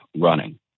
running